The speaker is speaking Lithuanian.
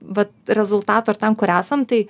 vat rezultato ir ten kur esam tai